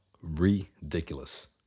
Ridiculous